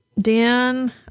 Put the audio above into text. Dan